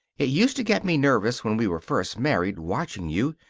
it used to get me nervous, when we were first married, watching you.